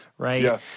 Right